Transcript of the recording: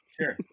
Sure